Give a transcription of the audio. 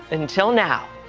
until now.